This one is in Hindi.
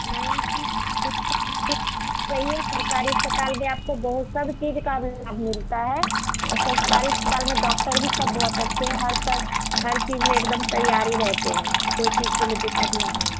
नहीं सरकारी अस्पताल में आपको बहुत सब चीज का मिलता है और सरकारी अस्पताल में डाक्टर भी सब बहुत अच्छे हैं हर पल हर हर चीज में एकदम तैयारी रहते हैं कोई चीज के लिए दिक्कत यहाँ नहीं है